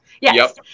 yes